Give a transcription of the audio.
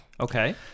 Okay